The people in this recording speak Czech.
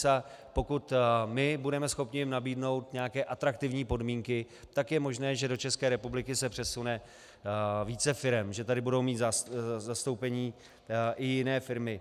A pokud my jim budeme schopni nabídnout nějaké atraktivní podmínky, tak je možné, že do České republiky se přesune více firem, že tady budou mít zastoupení i jiné firmy.